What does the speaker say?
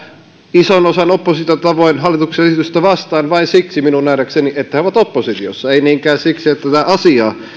ison osan oppositiosta tavoin hallituksen esitystä vastaan minun nähdäkseni vain siksi että he ovat oppositiossa ei niinkään siksi että tätä asiaa